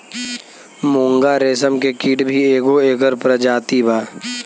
मूंगा रेशम के कीट भी एगो एकर प्रजाति बा